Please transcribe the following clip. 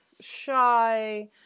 shy